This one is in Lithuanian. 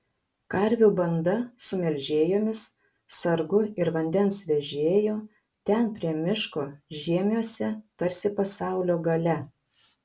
karvių banda su melžėjomis sargu ir vandens vežėju ten prie miško žiemiuose tarsi pasaulio gale